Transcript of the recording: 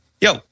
yo